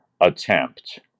attempt